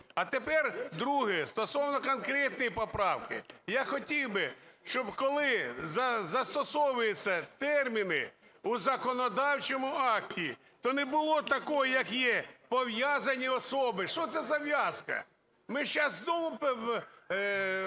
А тепер друге, стосовно конкретної поправки. Я хотів би, щоб коли застосовуються терміни у законодавчому акті, то не було такого, як є пов'язані особи. Що це за в'язка? Ми зараз знову